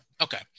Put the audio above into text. Okay